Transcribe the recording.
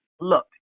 look